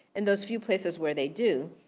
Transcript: and those few places where they do.